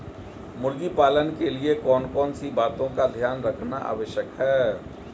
मुर्गी पालन के लिए कौन कौन सी बातों का ध्यान रखना आवश्यक है?